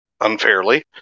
Unfairly